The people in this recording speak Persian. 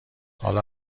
حالا